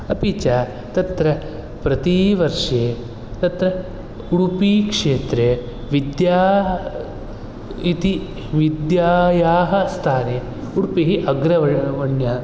अपि च तत्र प्रतिवर्षे तत्र उडुपिक्षेत्रे विद्याः इति विद्यायाः स्थाने उडुपिः अग्रव वण्य